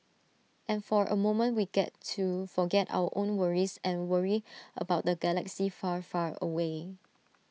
and for A moment we get to forget our own worries and worry about the galaxy far far away